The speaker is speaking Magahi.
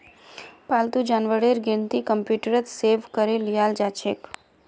पालतू जानवरेर गिनती कंप्यूटरत सेभ करे लियाल जाछेक